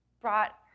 brought